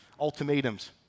ultimatums